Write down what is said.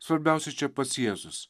svarbiausia čia pats jėzus